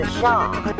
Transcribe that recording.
shock